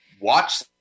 watch